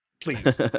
please